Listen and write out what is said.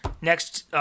Next